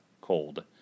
cold